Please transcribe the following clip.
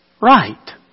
right